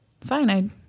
cyanide